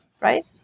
right